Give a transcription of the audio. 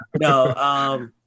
no